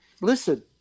Listen